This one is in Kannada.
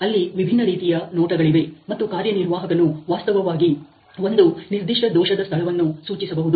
ಅಲ್ಲಿ ವಿಭಿನ್ನ ರೀತಿಯ ನೋಟಗಳಿವೆview's ಮತ್ತು ಕಾರ್ಯನಿರ್ವಾಹಕನು ವಾಸ್ತವವಾಗಿ ಒಂದು ನಿರ್ದಿಷ್ಟ ದೋಷದ ಸ್ಥಳವನ್ನು ಸೂಚಿಸಬಹುದು